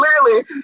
clearly